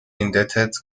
indebted